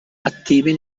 attivi